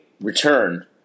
return